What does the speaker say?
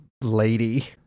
lady